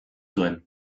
zuen